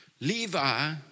Levi